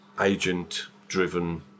agent-driven